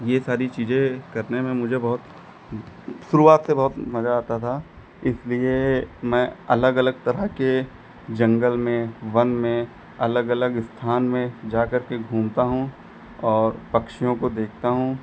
यह सारी चीज़ें करने में मुझे बहुत शुरुआत से बहुत मज़ा आता था इसलिए मैं अलग अलग तरह के जंगल में वन में अलग अलग स्थान में जा कर के घूमता हूँ और पक्षियों को देखता हूँ